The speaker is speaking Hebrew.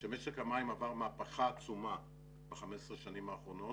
שמשק המים עבר מהפכה עצומה ב-15 השנים האחרונות,